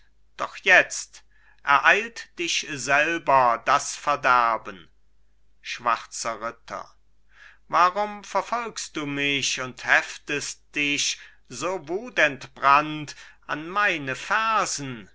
doch jetzt ereilt dich selber das verderben schwarzer ritter warum verfolgst du mich und heftest dich so wutentbrannt an meine fersen